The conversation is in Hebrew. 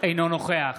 אינו נוכח